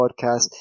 podcast